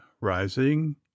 rising